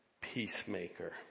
peacemaker